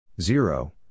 Zero